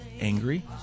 angry